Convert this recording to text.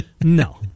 No